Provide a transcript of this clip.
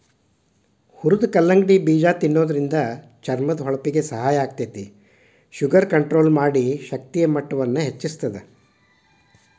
ಹುರದ ಕಲ್ಲಂಗಡಿ ಬೇಜ ತಿನ್ನೋದ್ರಿಂದ ಚರ್ಮದ ಹೊಳಪಿಗೆ ಸಹಾಯ ಆಗ್ತೇತಿ, ಶುಗರ್ ಕಂಟ್ರೋಲ್ ಮಾಡಿ, ಶಕ್ತಿಯ ಮಟ್ಟವನ್ನ ಹೆಚ್ಚಸ್ತದ